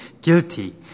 guilty